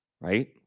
right